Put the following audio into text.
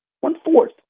one-fourth